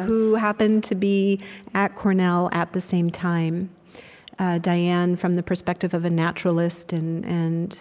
who happened to be at cornell at the same time diane from the perspective of a naturalist, and and